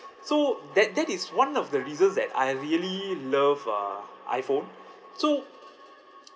so that that is one of the reasons that I really love uh iphone so